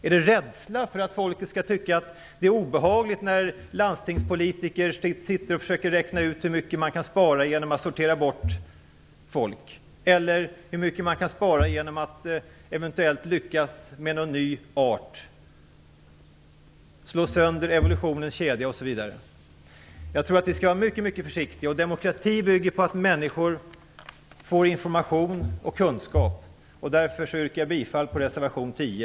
Är ni rädda för att folket skall tycka att det är obehagligt när landstingspolitiker försöker räkna ut hur mycket man kan spara genom att sortera bort folk eller genom att man eventuellt med någon ny art lyckas slå sönder evolutionens kedja osv.? Jag tror att vi skall vara mycket försiktiga. Demokrati bygger på att människor får information och kunskap. Därför yrkar jag bifall till reservation 10.